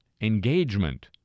engagement